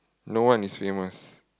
no one is same us